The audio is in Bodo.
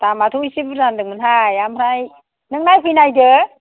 दामाथ' एसे बुरजा होनदोंमोनहाय ओमफ्राय नों नायफैदो